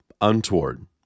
untoward